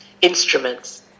instruments